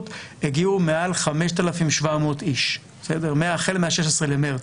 הגיעו מעל 5,700 איש החל מה-16 במרץ,